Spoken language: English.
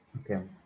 Okay